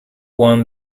won